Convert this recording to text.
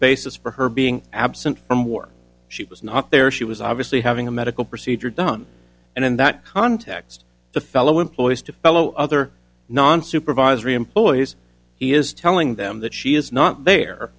basis for her being absent from work she was not there she was obviously having a medical procedure done and in that context to fellow employees to fellow other non supervisory employees he is telling them that she is not there